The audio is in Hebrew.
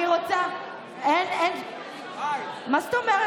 אני רוצה, מה זאת אומרת?